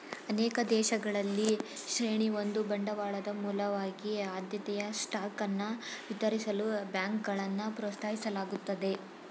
ಅನೇಕ ದೇಶಗಳಲ್ಲಿ ಶ್ರೇಣಿ ಒಂದು ಬಂಡವಾಳದ ಮೂಲವಾಗಿ ಆದ್ಯತೆಯ ಸ್ಟಾಕ್ ಅನ್ನ ವಿತರಿಸಲು ಬ್ಯಾಂಕ್ಗಳನ್ನ ಪ್ರೋತ್ಸಾಹಿಸಲಾಗುತ್ತದೆ